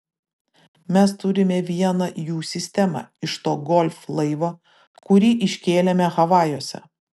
mes turime vieną jų sistemą iš to golf laivo kurį iškėlėme havajuose